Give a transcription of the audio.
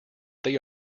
they